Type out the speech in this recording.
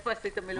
איפה עשית מילואים?